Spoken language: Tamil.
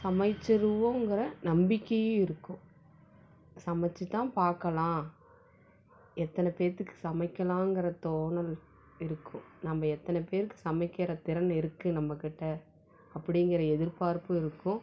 சமைச்சுருவோங்குற நம்பிக்கையும் இருக்கும் சமைச்சுதான் பார்க்கலாம் எத்தனை பேர்த்துக்கு சமைக்கலாங்கிற தோணல் இருக்கும் நம்ம எத்தனை பேருக்கு சமைக்கிற திறன் இருக்கு நம்ம கிட்ட அப்படிங்கிற எதிர்பார்ப்பும் இருக்கும்